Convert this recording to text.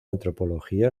antropología